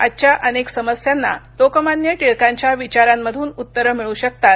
आजच्या अनेक समस्यांना लोकमान्य टिळकांच्या विचारांमधून उत्तरं मिळू शकतात